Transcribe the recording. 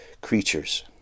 creatures